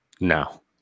no